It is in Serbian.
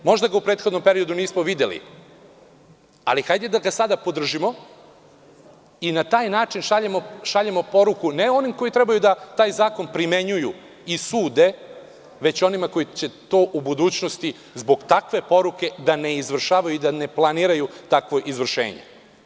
Možda ga u prethodnom periodu nismo videli, ali hajde da ga sada podržimo i na taj način šaljemo poruku ne onima koji treba taj zakon da primenjuju i sude, već onima koji će to u budućnosti zbog takve poruke da ne izvršavaju i da ne planiraju takvo izvršenje.